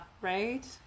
right